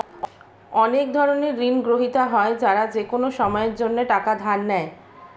অনেক ধরনের ঋণগ্রহীতা হয় যারা যেকোনো সময়ের জন্যে টাকা ধার নেয়